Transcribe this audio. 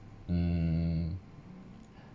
um